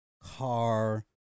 car